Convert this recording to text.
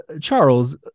Charles